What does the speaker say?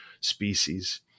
species